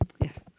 Yes